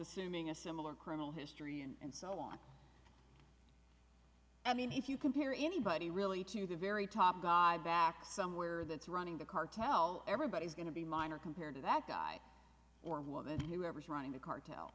assuming a similar criminal history and so on i mean if you compare anybody really to the very top guy back somewhere that's running the cartel everybody is going to be minor compared to that guy or woman whoever's running the c